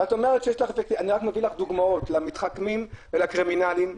אני רק מביא לך דוגמאות למתחכמים ולקרימינלים.